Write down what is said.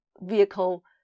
vehicle